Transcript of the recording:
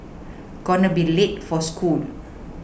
gonna be late for school